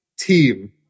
Team